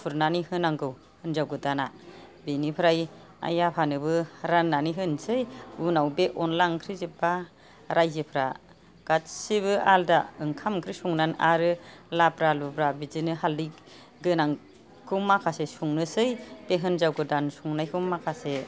खुरनानै होनांगौ हिनजाव गोदाना बिनिफ्राय आइ आफानोबो राननानै होनोसै उनाव बे अनला ओंख्रि जोबबा राइजोफोरा गासिबो आलदा ओंखाम ओंख्रि संनानै लाब्रा लुब्रा बिदिनो हालदै गोनांखौ माखासे संनोसै बे हिनजाव गोदान संनायखौ माखासे